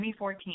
2014